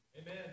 Amen